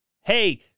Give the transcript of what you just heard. Hey